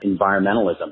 environmentalism